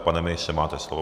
Pane ministře, máte slovo.